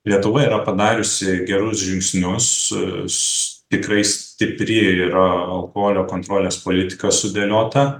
lietuva yra padariusi gerus žingsnius tikrai stipri yra alkoholio kontrolės politika sudėliota